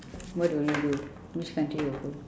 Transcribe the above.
what will you do which country you will go